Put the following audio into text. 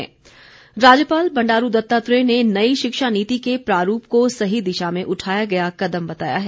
राज्यपाल राज्यपाल बंडारू दत्तात्रेय ने नई शिक्षा नीति के प्रारूप को सही दिशा में उठाया गया कदम बताया है